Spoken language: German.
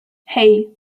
hei